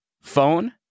phone